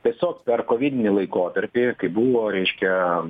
tiesiog per kovidinį laikotarpį kai buvo reiškia